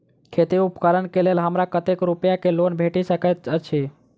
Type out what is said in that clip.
खेती उपकरण केँ लेल हमरा कतेक रूपया केँ लोन भेटि सकैत अछि?